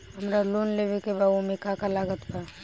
हमरा लोन लेवे के बा ओमे का का लागत बा?